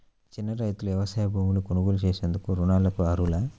చిన్న రైతులు వ్యవసాయ భూములు కొనుగోలు చేసేందుకు రుణాలకు అర్హులా?